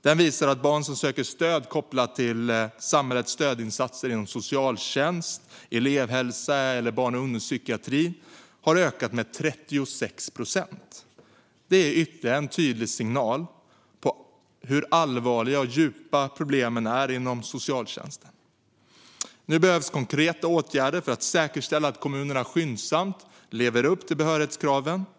Den visade att barn som söker stöd kopplat till samhällets stödinsatser inom socialtjänst, elevhälsa eller barn och ungdomspsykiatri hade ökat med 36 procent. Det är ytterligare en tydlig signal på hur allvarliga och djupa problemen är inom socialtjänsten. Nu behövs konkreta åtgärder för att säkerställa att kommunerna skyndsamt lever upp till behörighetskraven.